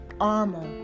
armor